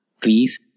Please